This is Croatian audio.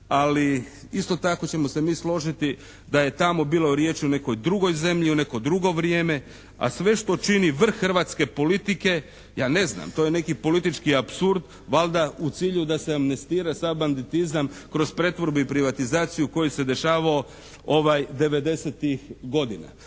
Ali isto tako ćemo se mi složiti da je tamo bilo riječi o nekoj drugoj zemlji u neko drugo vrijeme, a sve što čini vrh hrvatske politike, ja ne znam, to je neki politički apsurd valjda u cilju da se amnestira sav banditizam kroz pretvorbu i privatizaciju koji se dešavao '90.-ih godina.